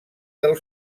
del